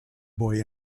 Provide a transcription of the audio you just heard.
boy